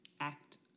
Act